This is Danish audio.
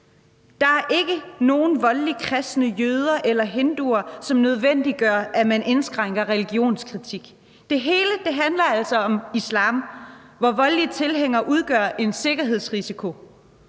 Der er ikke nogen voldelige kristne jøder eller hinduer, som nødvendiggør, at man indskrænker religionskritik. Det hele handler altså om islam, hvor voldelige tilhængere udgør en sikkerhedsrisiko,